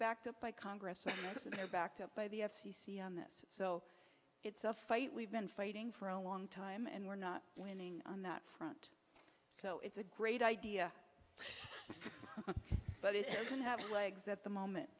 backed up by congress and they're backed up by the f c c on this so it's a fight we've been fighting for a long time and we're not winning on that front so it's a great idea but it doesn't have legs at the moment